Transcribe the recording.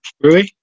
Rui